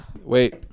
Wait